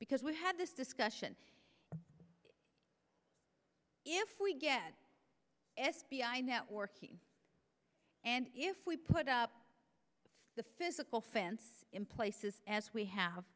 because we had this discussion if we get f b i networking and if we put the physical fence in places as we have